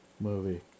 movie